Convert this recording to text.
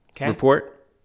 report